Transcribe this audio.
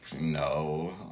no